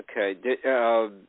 Okay